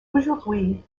aujourd’hui